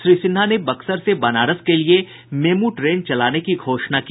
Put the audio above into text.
श्री सिन्हा ने बक्सर से बनारस के लिए मेमू ट्रेन चलाने की घोषणा की